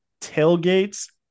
tailgates